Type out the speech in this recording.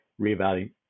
reevaluating